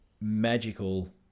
magical